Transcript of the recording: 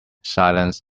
silence